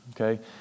Okay